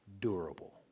durable